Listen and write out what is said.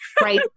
Right